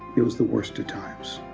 it was the worst of times.